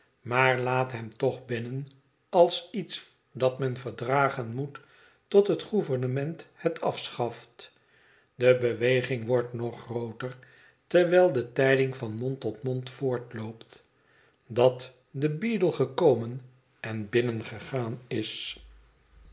maar laat hem toch binnen als iets dat men verdragen moet tot het gouvernement het afschaft de beweging wordt nog grooter terwijl de tijding van mond tot mond voortloopt dat de beadle gekomen en binnengegaan is